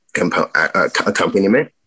accompaniment